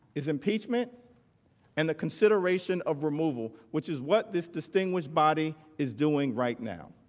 is impeachment and the consideration of removal, which is what this distinguished body is doing right now.